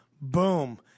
Boom